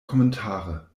kommentare